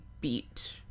beat